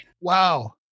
Wow